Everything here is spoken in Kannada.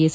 ಎಸ್